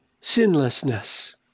sinlessness